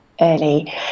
early